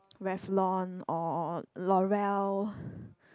Revlon or Loreal